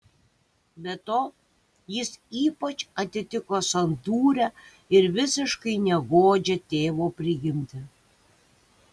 be to jis ypač atitiko santūrią ir visiškai negodžią tėvo prigimtį